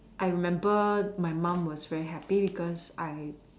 I remember my mum was very happy because I